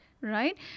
right